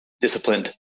disciplined